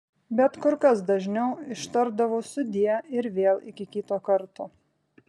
bet kur kas dažniau ištardavau sudie ir vėl iki kito karto